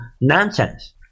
nonsense